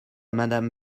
madame